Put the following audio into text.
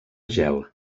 gel